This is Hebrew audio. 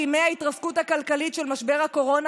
בימי ההתרסקות הכלכלית של משבר הקורונה,